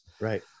right